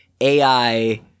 AI